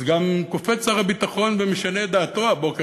אז גם קופץ שר הביטחון ומשנה את דעתו הבוקר,